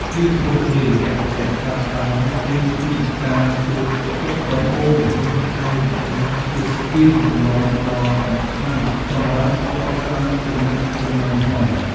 ភាពរួសរាយរាក់ទាក់ចាប់ផ្តើមចេញពីការសួរសុខទុក្ខដំបូងនេះឯងដែលជាស្ពានចម្លងដ៏សំខាន់សម្រាប់កសាងទំនាក់ទំនងថ្មី។